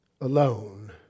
alone